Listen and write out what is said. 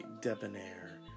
debonair